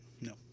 No